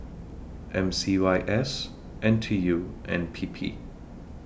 M C Y S N T U and P P